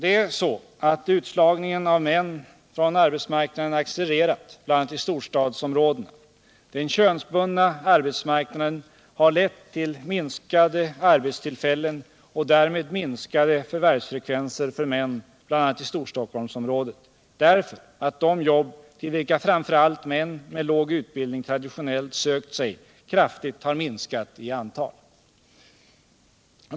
Utslagningen av män från arbetsmarknaden har accelererat, bl.a. i storstadsområdena. Den könsbundna arbetsmarknaden harlett till minskade arbetstillfällen och därmed till minskade förvärvsfrekvenser för män, bl.a. i Storstockholmsområdet, därför att de jobb till vilka framför allt män med låg utbildning traditionellt sökt sig kraftigt har minskat i antal.